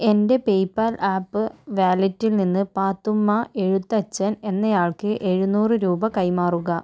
എൻ്റെ PayPal app വാലറ്റിൽ നിന്ന് പാത്തുമ്മ എഴുത്തച്ഛൻ എന്നയാൾക്ക് എഴുന്നൂറ് രൂപ കൈമാറുക